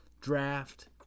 draft